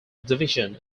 division